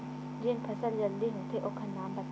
जेन फसल जल्दी होथे ओखर नाम बतावव?